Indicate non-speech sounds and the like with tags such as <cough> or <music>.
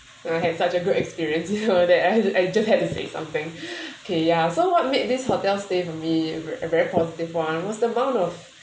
I had such a great experience <laughs> you know that I I just had to say something <breath> okay ya so what made this hotel stay for me a very positive [one] was the amount of